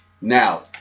Now